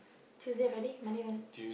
Tuesday Friday Monday Wednesday